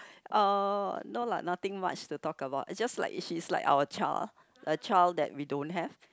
uh no lah nothing much to talk about it's just like it's she like our child a child that we don't have